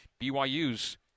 BYU's